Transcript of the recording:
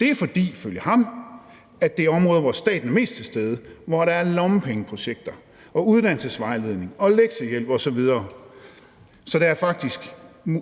Det er ifølge ham, fordi det er områder, hvor staten er mest til stede, og hvor der er lommepengeprojekter og uddannelsesvejledning og lektiehjælp osv., så der er faktisk